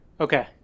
okay